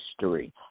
history